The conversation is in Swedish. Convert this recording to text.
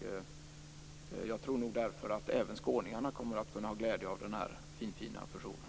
Därför tror jag att även skåningarna kommer att ha glädje av den här finfina fusionen.